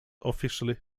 officially